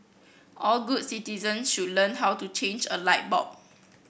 all good citizen should learn how to change a light bulb